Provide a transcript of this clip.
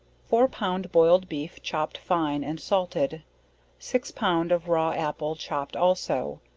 four pound boild beef, chopped fine and salted six pound of raw apple chopped also,